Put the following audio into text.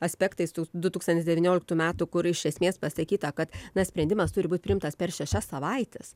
aspektais du tūkstantis devynioliktų metų kur iš esmės pasakyta kad na sprendimas turi būt priimtas per šešias savaites